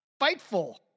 Fightful